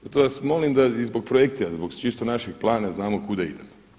Zato vas molim da i zbog projekcija, zbog čisto našeg plana da znamo kuda idemo.